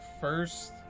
first